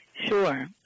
Sure